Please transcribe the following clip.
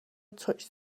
touched